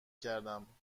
کردهام